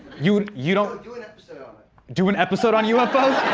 you, you don't do an so do an episode on ufos?